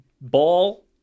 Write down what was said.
ball